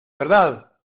verdad